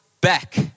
back